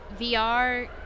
VR